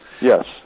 Yes